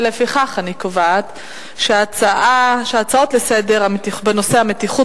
לפיכך אני קובעת שההצעות לסדר-היום בנושא המתיחות